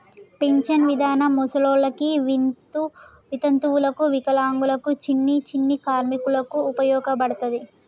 pension విధానం ముసలోళ్ళకి వితంతువులకు వికలాంగులకు చిన్ని చిన్ని కార్మికులకు ఉపయోగపడతది